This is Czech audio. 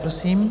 Prosím.